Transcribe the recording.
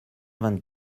vingt